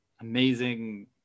amazing